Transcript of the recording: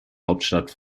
hauptstadt